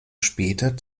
später